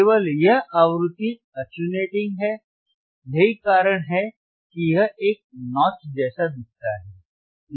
केवल यह आवृत्ति अटैंयूएटिंग है और यही कारण है कि यह एक notch जैसा दिखता है